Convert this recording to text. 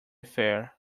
fare